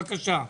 בבקשה.